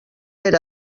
per